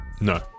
No